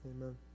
Amen